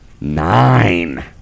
nine